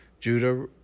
Judah